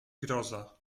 groza